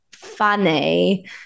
funny